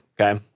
Okay